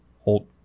Hold